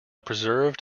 preserved